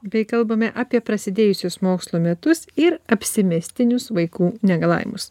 bei kalbame apie prasidėjusius mokslo metus ir apsimestinius vaikų negalavimus